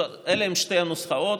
אלה הן שתי הנוסחאות.